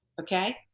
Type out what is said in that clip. Okay